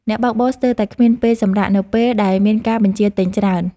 អ្នកបើកបរស្ទើរតែគ្មានពេលសម្រាក នៅពេលដែលមានការបញ្ជាទិញច្រើន។